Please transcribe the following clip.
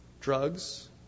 drugs